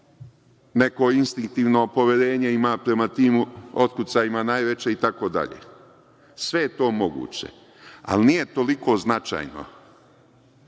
neko instinktivno poverenje ima prema tim otkucajima, itd. Sve je to moguće, ali nije toliko značajno